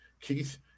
Keith